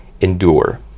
endure